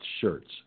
shirts